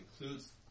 includes